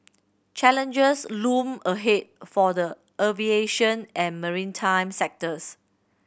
challenges loom ahead for the aviation and maritime sectors